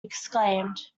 exclaimed